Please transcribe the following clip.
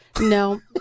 No